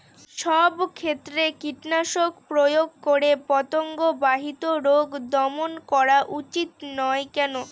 সব ক্ষেত্রে কীটনাশক প্রয়োগ করে পতঙ্গ বাহিত রোগ দমন করা উচিৎ নয় কেন?